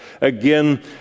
again